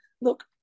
look